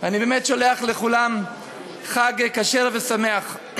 ואני באמת שולח לכולם חג כשר ושמח.